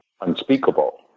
unspeakable